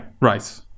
Right